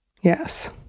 yes